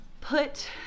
put